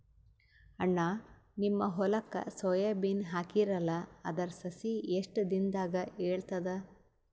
ಅಣ್ಣಾ, ನಿಮ್ಮ ಹೊಲಕ್ಕ ಸೋಯ ಬೀನ ಹಾಕೀರಲಾ, ಅದರ ಸಸಿ ಎಷ್ಟ ದಿಂದಾಗ ಏಳತದ?